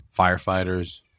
Firefighters